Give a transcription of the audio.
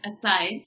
aside